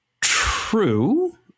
True